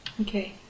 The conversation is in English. Okay